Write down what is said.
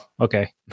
okay